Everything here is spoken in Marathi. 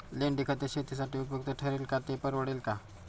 लेंडीखत हे शेतीसाठी उपयुक्त ठरेल का, ते परवडेल का?